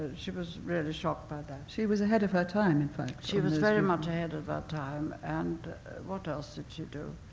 she was really shocked by that. she was ahead of her time, in fact. she was very much ahead of her time, and what else did she do?